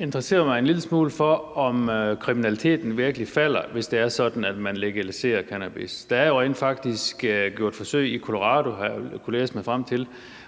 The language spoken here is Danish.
interesserer mig en lille smule for, om kriminaliteten virkelig falder, hvis man legaliserer cannabis. Jeg har kunnet læse mig frem til,